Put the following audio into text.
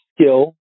skill